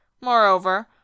Moreover